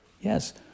Yes